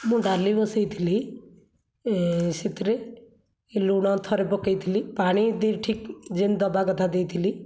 ମୁଁ ଡାଲି ବସାଇଥିଲି ସେଥିରେ ଲୁଣ ଥରେ ପକାଇଥିଲି ପାଣି ଦୁଇ ଠି ଯେମିତି ଦେବା କଥା ଦେଇଥିଲି